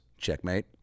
checkmate